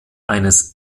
eines